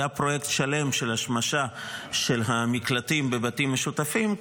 היה פרויקט שלם של השמשה של המקלטים בבתים משותפים,